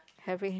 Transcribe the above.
having